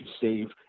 save